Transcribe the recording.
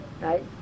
right